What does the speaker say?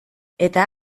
eta